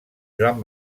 joan